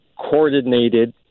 coordinated